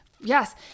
Yes